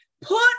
Put